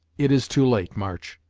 it is too late, march.